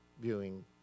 viewing